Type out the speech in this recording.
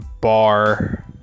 bar